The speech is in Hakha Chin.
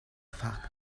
faak